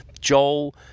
Joel